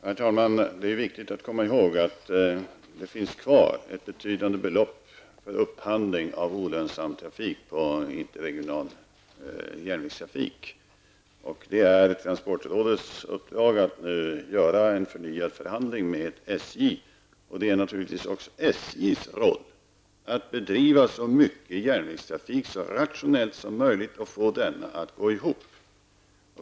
Herr talman! Det är viktigt att komma ihåg att det finns kvar ett betydande belopp för upphandling av olönsam interregional järnvägstrafik. Det är transportrådets uppdrag att genomföra en förnyad förhandling med SJ. Det är naturligtvis också SJs roll att bedriva så mycket järnvägstrafik som möjligt så rationellt som möjligt och få den att gå ihop.